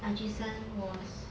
ajisen was